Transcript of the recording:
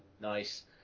nice